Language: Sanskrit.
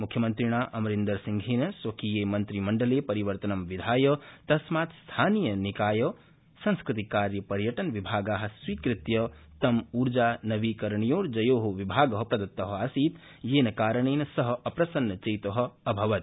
मुख्यमन्त्रिणा अमरिंदरसिंहेन स्वकीये मन्त्रिमण्डले परिवर्तनं विधाय तस्मात्स्थानीय निकाय संस्कृतिकार्य पर्यटनविभागा स्वीकृत्य तं ऊर्जा नवीकरणीयोर्जयो विभाग प्रदत्त आसीत् येन कारणेन स अप्रसन्नचेत अभवत्